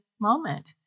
moment